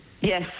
Yes